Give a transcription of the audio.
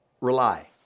rely